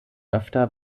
öfter